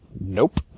Nope